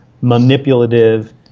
manipulative